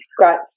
right